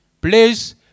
Please